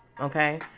okay